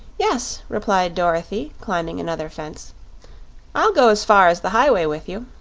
yes, replied dorothy, climbing another fence i'll go as far as the highway with you.